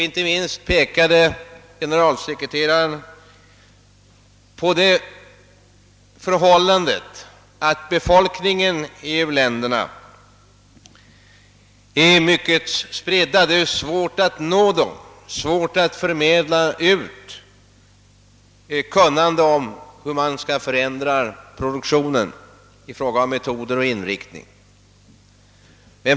Inte minst pekade generalsekreteraren på det förhållandet, att befolkningen i u-länderna är mycket utspridd; det är svårt att nå människorna, svårt att förmedla information om hur produktionen skall kunna förbättras, meddela kunnande om hur man skall förändra produktionen i fråga om metoder och inriktning.